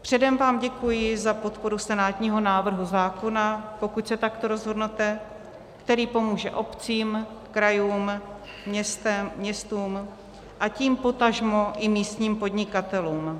Předem vám děkuji za podporu senátního návrhu zákona, pokud se takto rozhodnete, který pomůže obcím, krajům, městům, a tím potažmo i místním podnikatelům.